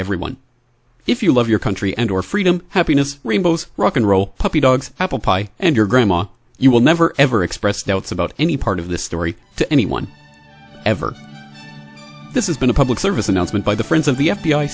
everyone if you love your country and or freedom happiness rainbows rock n roll puppy dogs apple pie and your grandma you will never ever express doubts about any part of this story to anyone ever this has been a public service announcement by the friends of the f